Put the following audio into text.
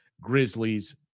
Grizzlies